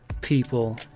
people